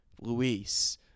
Luis